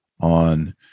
on